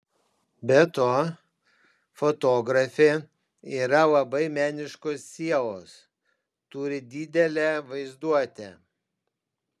be to fotografė yra labai meniškos sielos turi didelę vaizduotę